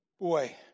Boy